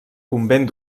convent